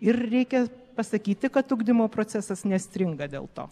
ir reikia pasakyti kad ugdymo procesas nestringa dėl to